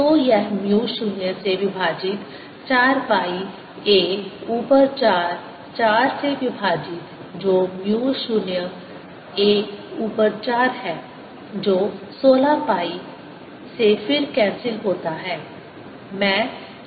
तो यह म्यू 0 से विभाजित 4 पाई a ऊपर 4 4 से विभाजित जो म्यू 0 a ऊपर 4 है जो 16 पाई से फिर कैंसिल होता है